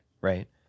Right